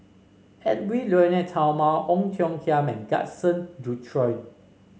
Edwy Lyonet Talma Ong Tiong Khiam and Gaston Dutronquoy